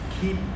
Keep